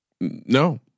No